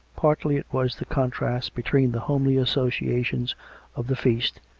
partly it was the contrast between the homely associations of the feast,